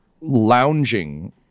lounging